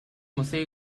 museo